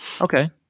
Okay